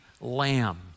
Lamb